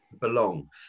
belong